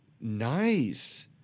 Nice